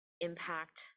impact